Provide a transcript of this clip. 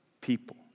people